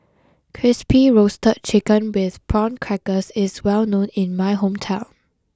Crispy Roasted Chicken with Prawn Crackers is well known in my hometown